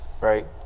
right